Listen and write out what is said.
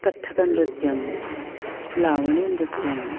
कत्थकनृत्यं लावणीनृत्यम्